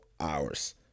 hours